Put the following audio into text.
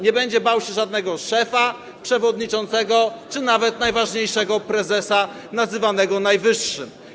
Nie będzie bał się żadnego szefa, przewodniczącego, czy nawet najważniejszego prezesa, nazywanego najwyższym.